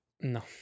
no